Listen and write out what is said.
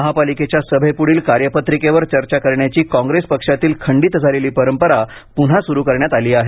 महापालिकेच्या सभेपुढील कार्यपत्रिकेवर चर्चा करण्याची काँग्रेस पक्षातील खंडित झालेली परंपरा पुन्हा सुरू करण्यात आली आहे